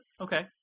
okay